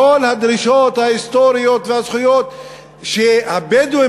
כל הדרישות ההיסטוריות והזכויות שהבדואים